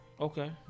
Okay